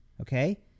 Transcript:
Okay